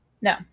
No